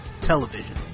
television